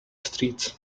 streets